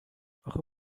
اخه